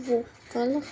vocal